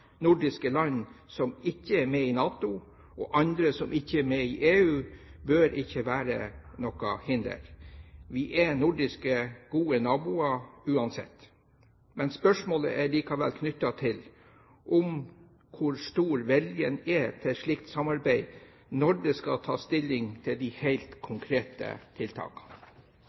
nordiske land som ikke er med i NATO, og andre som ikke er med i EU, bør ikke være noe hinder. Vi er nordiske, gode naboer uansett. Spørsmålet er likevel knyttet til hvor stor viljen er til et slikt samarbeid når det skal tas stilling til de helt konkrete tiltakene.